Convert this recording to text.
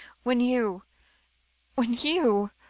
when you when you